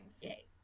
Yay